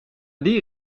die